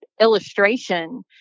illustration